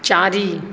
चारि